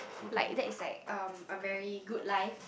like that is like um a very good life